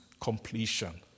completion